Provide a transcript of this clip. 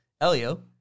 Elio